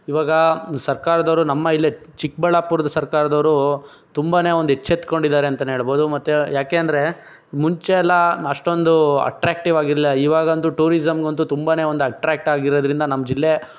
ಇವಾಗ ಸರ್ಕಾರದವರು ನಮ್ಮ ಇಲ್ಲಿ ಚಿಕ್ಕಬಳ್ಳಾಪುರದ ಸರ್ಕಾರದವರು ತುಂಬಾ ಒಂದು ಎಚ್ಚೆತ್ಕೊಂಡಿದ್ದಾರೆ ಅಂತನೆ ಹೇಳ್ಬೋದು ಯಾಕೆ ಅಂದರೆ ಮುಂಚೆಯೆಲ್ಲ ಅಷ್ಟೊಂದು ಅಟ್ರಾಕ್ಟಿವ್ ಆಗಿಲ್ಲ ಇವಾಗಂತೂ ಟೂರಿಸಂಗಂತೂ ತುಂಬಾ ಒಂದು ಅಟ್ರಾಕ್ಟ್ ಆಗಿರೋದ್ರಿಂದ ನಮ್ಮ ಜಿಲ್ಲೆ